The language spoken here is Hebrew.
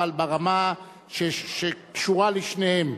אבל ברמה שקשורה לשתיהן,